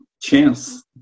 chance